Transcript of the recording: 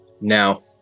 Now